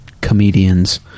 comedians